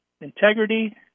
Integrity